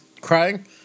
crying